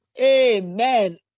Amen